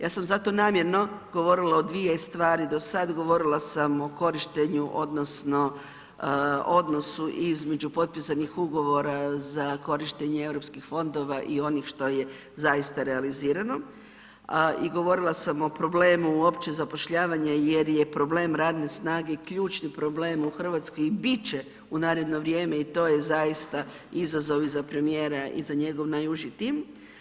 Ja sam zato namjerno govorila o dvije stvari do sad, govorila sam o korištenju odnosno odnosu između potpisanih ugovora za korištenje EU fondova i onih što je zaista realizirano i govorila sam o problemu opće zapošljavanja jer je problem radne snage ključni problem u Hrvatskoj i bit će u naredno vrijeme i to je zaista izazov i za premijera i za njegov nauži tim.